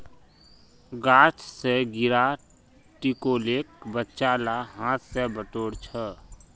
गाछ स गिरा टिकोलेक बच्चा ला हाथ स बटोर छ